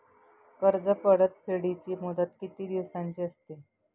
कर्ज परतफेडीची मुदत किती दिवसांची असते?